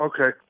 okay